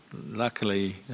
Luckily